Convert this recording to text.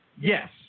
Yes